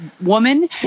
woman